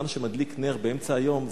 אדם שמדליק נר באמצע היום,